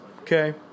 Okay